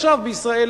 עכשיו בישראל,